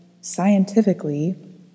scientifically